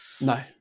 No